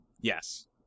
yes